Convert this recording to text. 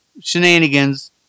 shenanigans